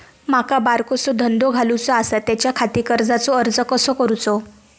माका बारकोसो धंदो घालुचो आसा त्याच्याखाती कर्जाचो अर्ज कसो करूचो?